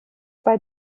bei